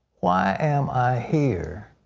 why am i here?